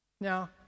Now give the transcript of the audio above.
Now